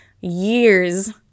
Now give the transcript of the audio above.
years